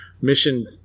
mission